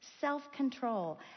Self-control